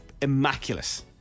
immaculate